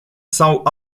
sau